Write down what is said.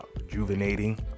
rejuvenating